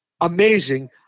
amazing